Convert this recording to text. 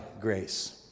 grace